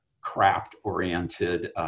craft-oriented